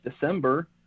December